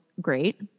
great